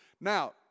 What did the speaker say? Now